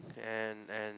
and and